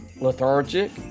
lethargic